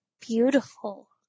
beautiful